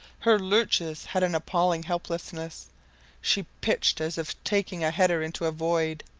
her lurches had an appalling helplessness she pitched as if taking a header into a void,